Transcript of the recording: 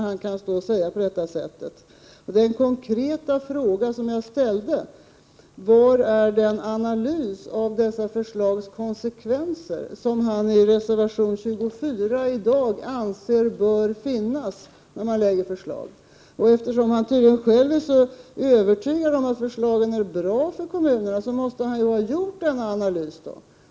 Jag har ställt en konkret fråga: Hur är det med den analys av konsekvenserna som nämns i reservation 24 och som Ivar Franzén i dag anser bör finnas när man lägger fram förslag? Eftersom Ivar Franzén tydligen är så övertygad om att förslagen i fråga är bra för kommunerna, måste han ha gjort en analys.